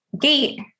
gate